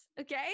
Okay